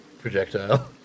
projectile